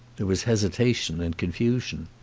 there was hesitation and confusion.